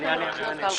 אני אענה.